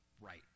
right